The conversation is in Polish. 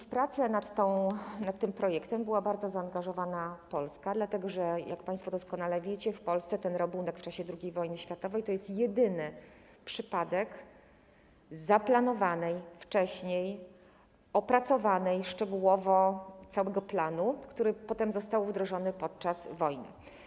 W prace nad tym projektem bardzo zaangażowana była Polska, dlatego że jak państwo doskonale wiecie, w Polsce ten rabunek w czasie II wojny światowej to jest jedyny przypadek zaplanowanej wcześniej akcji, opracowanej szczegółowo, całego planu, który potem został wdrożony podczas wojny.